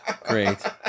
Great